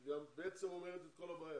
היא גם בעצם אומרת את כל הבעיה,